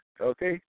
okay